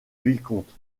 vicomte